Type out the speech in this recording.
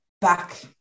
back